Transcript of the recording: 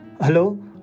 Hello